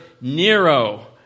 Nero